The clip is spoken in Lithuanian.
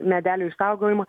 medelių išsaugojimo